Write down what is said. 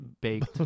baked